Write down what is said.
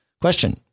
Question